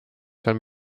saan